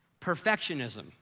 perfectionism